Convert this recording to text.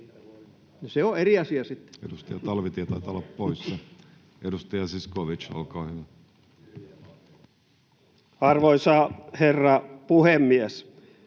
se on eri asia sitten. Kiitoksia. — Edustaja Talvitie taitaa olla poissa. — Edustaja Zyskowicz, olkaa hyvä. Arvoisa herra puhemies!